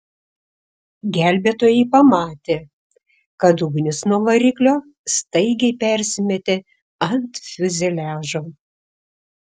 gelbėtojai pamatė kad ugnis nuo variklio staigiai persimetė ant fiuzeliažo